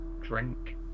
drink